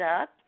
up